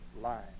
lying